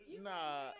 Nah